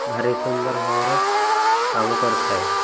ଭାରି ସୁନ୍ଦର ଭାବରେ କାମ କରିଥାଏ